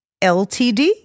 LTD